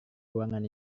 ruangan